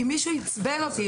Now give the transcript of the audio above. אם מישהו עצבן אותי,